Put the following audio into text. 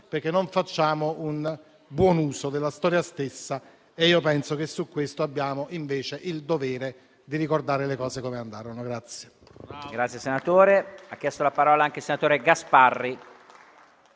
perché non facciamo un buon uso della storia stessa. Penso che su questo abbiamo invece il dovere di ricordare le cose come andarono.